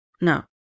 no